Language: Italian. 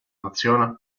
nazione